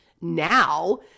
now